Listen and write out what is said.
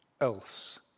else